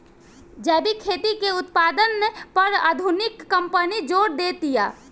जैविक खेती के उत्पादन पर आधुनिक कंपनी जोर देतिया